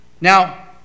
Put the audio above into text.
Now